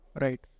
right